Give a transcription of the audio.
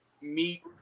meet